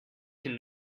can